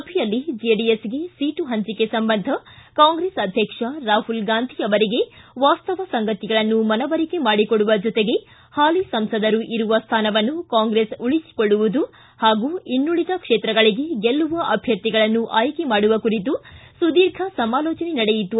ಸಭೆಯಲ್ಲಿ ಜೆಡಿಎಸ್ಗೆ ಸೀಟು ಹಂಚಿಕೆ ಸಂಬಂಧ ಕಾಂಗ್ರೆಸ್ ಅಧ್ಯಕ್ಷ ರಾಹುಲ್ ಗಾಂಧಿ ಅವರಿಗೆ ವಾಸ್ತವ ಸಂಗತಿಗಳನ್ನು ಮನವರಿಕೆ ಮಾಡಿಕೊಂಡುವ ಜೊತೆಗೆ ಹಾಲಿ ಸಂಸದರು ಇರುವ ಸ್ಥಾನವನ್ನು ಕಾಂಗ್ರೆಸ್ ಉಳಿಸಿಕೊಳ್ಳುವುದು ಹಾಗೂ ಇನ್ನುಳದ ಕ್ಷೇತ್ರಗಳಿಗೆ ಗೆಲ್ಲುವ ಅಭ್ಯರ್ಥಿಗಳನ್ನು ಆಯ್ಕೆ ಮಾಡುವ ಕುರಿತು ಸುದೀರ್ಘ ಸಮಾಲೋಚನೆ ನಡೆಯಿತು